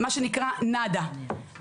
מה שנקרא, נאדה.